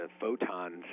photons